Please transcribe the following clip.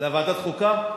לוועדת חוקה?